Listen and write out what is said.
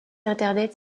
internet